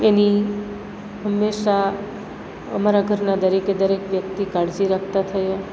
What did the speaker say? એની હંમેશા અમારા ઘરના દરેકે દરેક વ્યક્તિ કાળજી રાખતા થયા